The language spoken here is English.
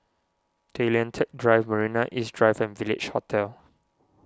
Tay Lian Teck Drive Marina East Drive and Village Hotel